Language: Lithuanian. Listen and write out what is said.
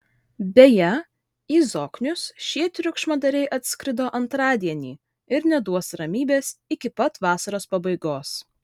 beje į zoknius šie triukšmadariai atskrido antradienį ir neduos ramybės iki pat vasaros pabaigos